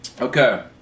Okay